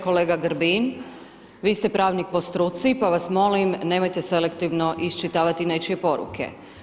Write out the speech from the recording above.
Kolega Grbin, vi ste pravnik po struci, pa vas molim nemojte selektivno iščitavati nečije poruke.